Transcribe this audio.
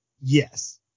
Yes